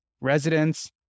residents